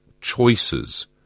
choices